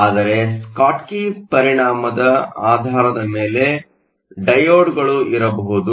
ಆದರೆ ಸ್ಕಾಟ್ಕಿ ಪರಿಣಾಮದ ಆಧಾರದ ಮೇಲೆ ಡಯೋಡ್ಗಳು ಇರಬಹುದು